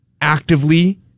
actively